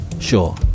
Sure